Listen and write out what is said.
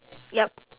yup